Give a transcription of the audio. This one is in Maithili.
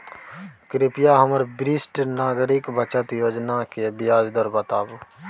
कृपया हमरा वरिष्ठ नागरिक बचत योजना के ब्याज दर बताबू